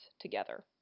together